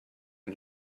and